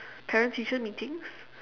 parent teacher meetings